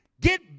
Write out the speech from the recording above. get